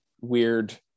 weird